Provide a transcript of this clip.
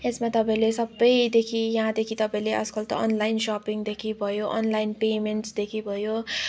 यसमा तपाईँले सबैदेखि यहाँदेखि तपाईँले आजकल त अनलाइन सपिङदेखि भयो अनलाइन पेमेन्ट्सदेखि भयो